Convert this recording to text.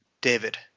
David